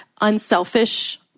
unselfish